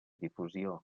difusió